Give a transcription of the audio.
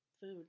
food